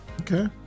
okay